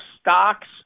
stocks